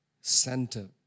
Center